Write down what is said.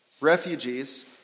refugees